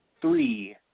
three